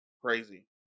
crazy